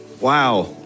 Wow